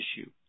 issue